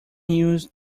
use